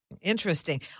Interesting